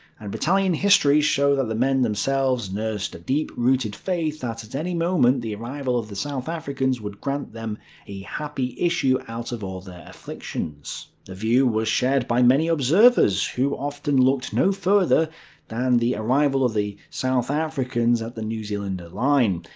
and battalion histories show that the men themselves nursed a deep-rooted faith that at any moment the arrival of the south africans would grant them a happy issue out of all their afflictions. the view was shared by many observers, who often looked no farther than the arrival of the south africans at the new zealand line.